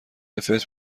فطر